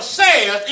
says